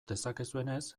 dezakezuenez